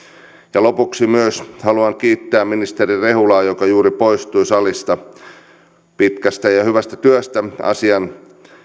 ja lopuksi myös haluan kiittää ministeri rehulaa joka juuri poistui salista pitkästä ja ja hyvästä työstä asian